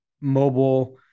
mobile